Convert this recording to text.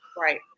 Right